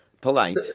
Polite